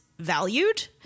valued